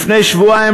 לפני שבועיים,